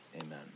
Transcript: amen